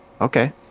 Okay